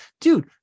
dude